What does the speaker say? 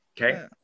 Okay